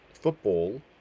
football